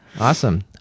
Awesome